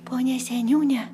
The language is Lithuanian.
pone seniūne